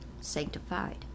sanctified